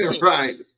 Right